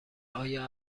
آیا